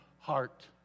heart